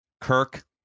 Kirk